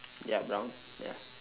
ya brown ya